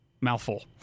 Mouthful